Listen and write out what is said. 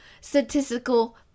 statistical